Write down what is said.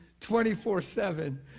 24-7